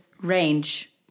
range